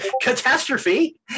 catastrophe